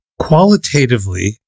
Qualitatively